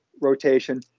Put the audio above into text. rotation